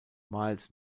miles